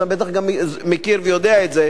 אתה בטח גם מכיר ויודע את זה,